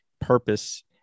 purpose